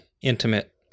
intimate